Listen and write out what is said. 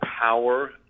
power